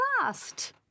last